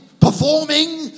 performing